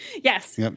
Yes